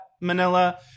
Manila